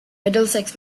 middlesex